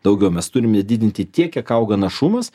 daugiau mes turime didinti tiek kiek auga našumas